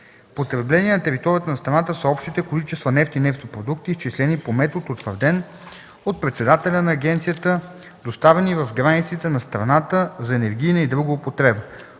„Потребление на територията на страната” са общите количества нефт и нефтопродукти, изчислени по метод, утвърден от председателя на агенцията, доставени в границите на страната за енергийна и друга употреба.